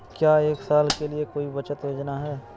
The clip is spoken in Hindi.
क्या एक साल के लिए कोई बचत योजना है?